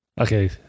Okay